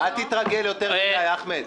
אל תתרגל יותר מדי, אחמד.